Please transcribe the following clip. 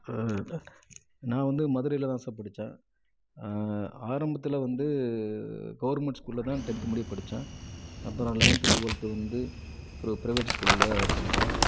நான் வந்து மதுரையில் தான் சார் படித்தேன் ஆரம்பத்தில் வந்து கவர்மெண்ட் ஸ்கூலில் தான் டென்த்து முடிய படித்தேன் அப்பறம் லெவன்த்து டுவெல்த்து வந்து ஒரு ப்ரைவேட் ஸ்கூலில் படித்தேன்